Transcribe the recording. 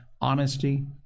honesty